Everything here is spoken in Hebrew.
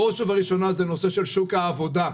בראש ובראשונה זה הנושא של שוק העבודה.